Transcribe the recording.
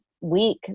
week